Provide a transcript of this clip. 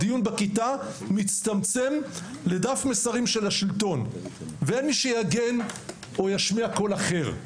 הדיון בכיתה מצטמצם לדף מסרים של השלטון ואין מה שיגן או ישמיע קול אחר.